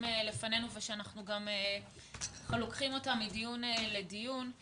לפנינו ושאנחנו לוקחים אותם מדיון לדיון.